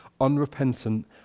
unrepentant